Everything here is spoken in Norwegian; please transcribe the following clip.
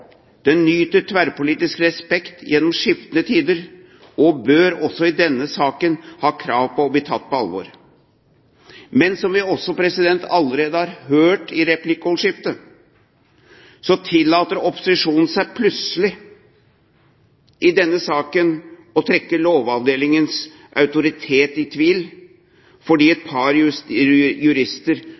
Den nyter tverrpolitisk respekt gjennom skiftende tider og bør også i denne saken ha krav på å bli tatt på alvor. Men som vi allerede har hørt i replikkordskiftet, tillater opposisjonen seg plutselig i denne saken å trekke Lovavdelingens autoritet i tvil fordi et par jurister